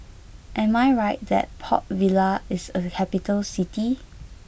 am I right that Port Vila is a capital city